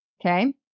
Okay